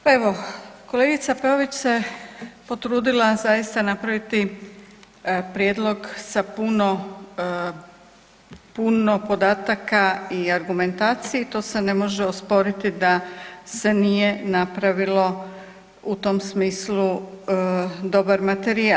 Pa evo, kolegica Peović se potrudila zaista napraviti prijedlog sa puno podataka i argumentacije i to se ne može osporiti da se nije napravilo u tom smislu dobar materijal.